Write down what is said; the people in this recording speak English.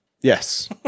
Yes